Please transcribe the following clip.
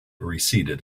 receded